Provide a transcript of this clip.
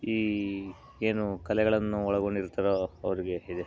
ಈ ಏನು ಕಲೆಗಳನ್ನು ಒಳಗೊಂಡಿರ್ತಾರೊ ಅವ್ರಿಗೆ ಇದೆ